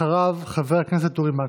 אחריו, חבר הכנסת אורי מקלב.